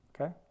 okay